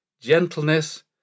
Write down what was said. gentleness